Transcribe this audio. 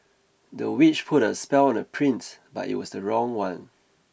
the witch put a spell on the prince but it was the wrong one